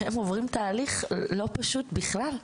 והם עוברים תהליך לא פשוט בכלל,